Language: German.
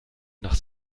nach